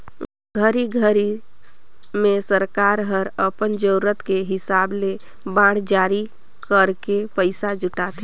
घरी घरी मे सरकार हर अपन जरूरत के हिसाब ले बांड जारी करके पइसा जुटाथे